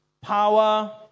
Power